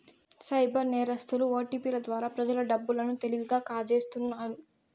cyber నేరస్తులు ఓటిపిల ద్వారా ప్రజల డబ్బు లను తెలివిగా కాజేస్తున్నారు